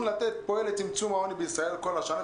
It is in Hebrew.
לתת פועל לצמצום העוני בישראל כל השנה.